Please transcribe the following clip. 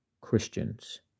Christians